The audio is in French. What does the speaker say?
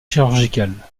chirurgicales